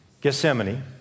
Gethsemane